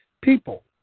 people